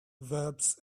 verbs